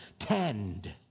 Tend